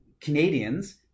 Canadians